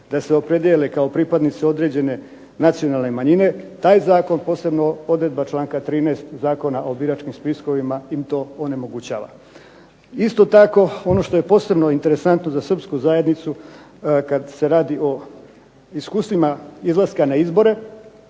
da se opredijele kao pripadnici određene nacionalne manjine taj zakon, posebno odredba članka 13. Zakona o biračkim spiskovima im to onemogućava. Isto tako, ono što je posebno interesantno za srpsku zajednicu kad se radi o iskustvima izlaska na izbore,